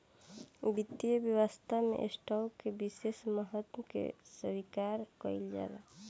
वित्तीय व्यवस्था में स्टॉक के विशेष महत्व के स्वीकार कईल जाला